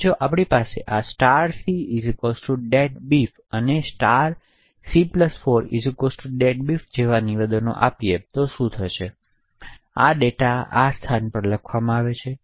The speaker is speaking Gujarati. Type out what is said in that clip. હવે જો આપણી પાસે આ cdeadbeef અને c4 deadbeef જેવા નિવેદનો આપી તો શું થશે તેથી આ ડેટા આ સ્થળો પર લખવામાં આવે છે